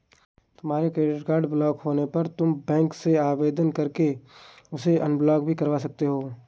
तुम्हारा debit card block होने पर तुम बैंक से आवेदन करके उसे अनब्लॉक भी करवा सकते हो